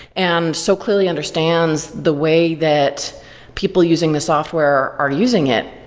and so clearly understands the way that people using the software are using it.